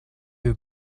who